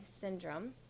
syndrome